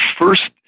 first